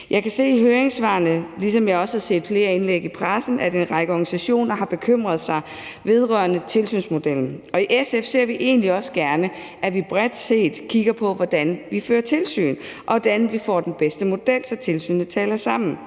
Jeg kan se i høringssvarene, ligesom jeg også har set flere indlæg i pressen, at en række organisationer har bekymret sig vedrørende tilsynsmodellen. I SF ser vi egentlig også gerne, at vi bredt set kigger på, hvordan vi fører tilsyn, og hvordan vi får den bedste model, så tilsynene taler sammen.